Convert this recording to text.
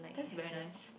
that's very nice